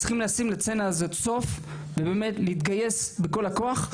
צריכים לשים לסצנה הזו סוף ובאמת להתגייס בכל הכוח.